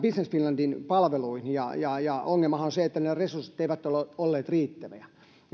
business finlandin palveluihin ja ja ongelmahan on se että ne resurssit eivät ole olleet riittäviä